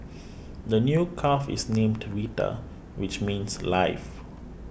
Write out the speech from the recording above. the new calf is named Vita which means life